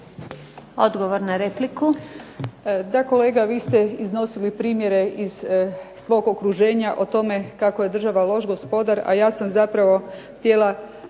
Odgovor na repliku.